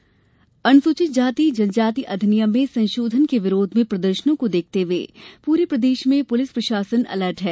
सुरक्षा व्यवस्था अनुसुचित जाति जनजाति अधिनियम में संशोधन के विरोध में प्रदर्शनों को देखते हए पुरे प्रदेश में पुलिस प्रशासन अलर्ट है